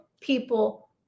people